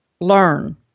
learn